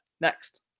next